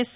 yes